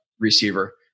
receiver